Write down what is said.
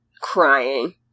crying